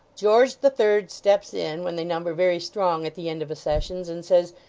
george the third steps in when they number very strong at the end of a sessions, and says,